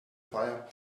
fire